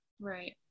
Right